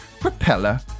propeller